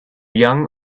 young